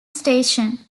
station